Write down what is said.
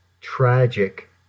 tragic